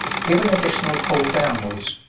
give an additional pull downwards.